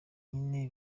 nyine